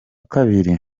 kabiri